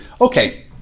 Okay